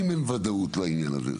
אם אין וודאות בעניין הזה,